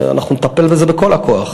אנחנו נטפל בזה בכל הכוח,